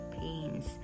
pains